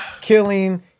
killing